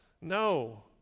No